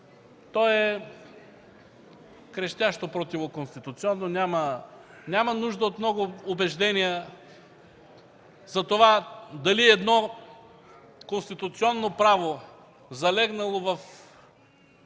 то е крещящо противоконституционно. Няма нужда от много убеждения за това дали едно конституционно право, залегнало в